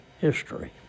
history